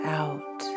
out